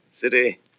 City